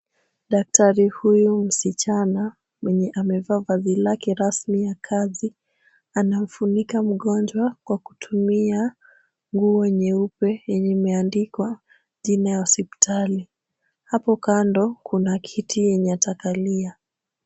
Daktari huyu msichana mwenye amevaa vazi lake rasmi ya kazi anamfunika mgonjwa kwa kutumia nguo nyeupe yenye imeandikwa jina ya hospitali. Hapo kando kuna kiti yenye atakalia.